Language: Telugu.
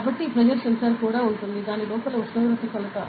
కాబట్టి ఈ ప్రెజర్ సెన్సార్ కూడా ఉంది దాని లోపల ఉష్ణోగ్రత కొలత